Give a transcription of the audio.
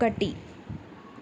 ఒకటి